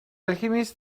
alchemist